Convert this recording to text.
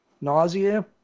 nausea